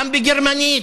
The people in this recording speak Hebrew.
גם בגרמנית,